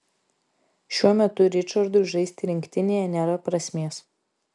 šiuo metu ričardui žaisti rinktinėje nėra prasmės